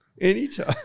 Anytime